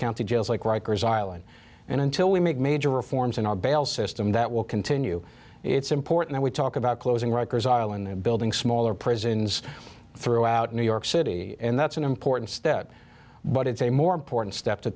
county jails like rikers island and until we make major reforms in our bail system that will continue it's important we talk about closing rikers island they're building smaller prisons throughout new york city and that's an important step but it's a more important st